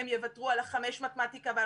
הם יוותרו על חמש יחידות במתמטיקה ועל